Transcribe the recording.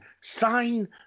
sign